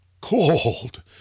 cold